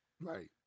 Right